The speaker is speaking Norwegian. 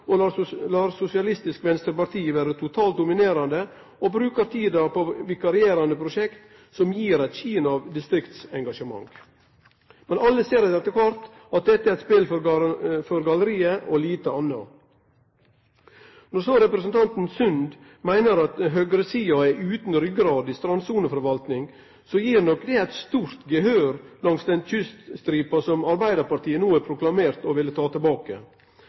Sosialistisk Venstreparti vere totalt dominerande – og brukar tida på vikarierande prosjekt som gir eit skin av distriktsengasjement. Alle ser etter kvart at dette er eit spel for galleriet og lite anna. Når så representanten Sund meiner at høgresida er utan ryggrad i strandsoneforvaltinga, får nok det stort gehør langs den kyststripa som Arbeidarpartiet no har proklamert at dei vil ta tilbake.